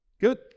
Good